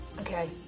Okay